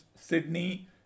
sydney